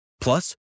Plus